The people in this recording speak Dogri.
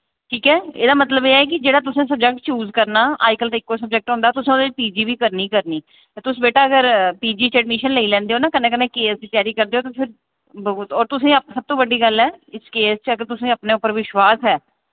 ठीक ऐ एह्दा मतलब एह् ऐ कि जेह्ड़ा तुसें सब्जैक्ट चूज करना अज कल्ल ते इक्को सब्जैक्ट होंदा तुसैं ओह्दे च पी जी बी करनी करनी ते तुस बेटा अगर पी जी च अडमिशन लेई लैंदे ओ ना कन्नै कन्नै के ऐस्स दी त्यारी करदे ओ ते फिर और तुसें सब तो बड्डी गल्ल ऐ इस के ऐस्स च अगर तुसें अपने उप्पर विश्वास ऐ